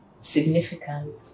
significant